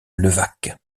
levaque